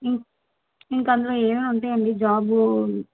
ఇం ఇంకా అందులో ఏమేమి ఉంటాయండి జాబు